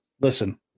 listen